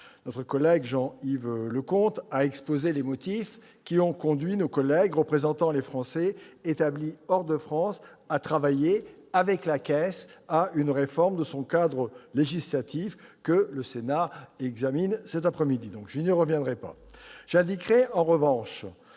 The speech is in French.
acteurs. Jean-Yves Leconte a exposé les motifs qui ont conduit nos collègues représentant les Français établis hors de France à travailler, avec la Caisse, à une réforme de son cadre législatif que le Sénat examine cet après-midi. Je n'y reviendrai pas. J'indiquerai en revanche